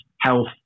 health